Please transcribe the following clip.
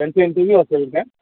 त्यांची इंटरव्ह्यू असेल काय